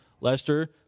Lester